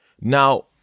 Now